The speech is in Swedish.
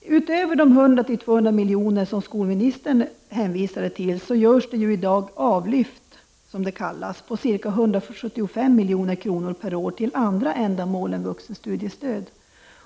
Utöver de 100 till 200 miljoner som skolministern hänvisade till görs det ju ett avlyft, som det kallas, på i dag ca 175 milj.kr. per år till andra ändamål än vuxenstudiestöd.